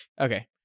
Okay